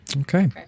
Okay